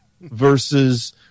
versus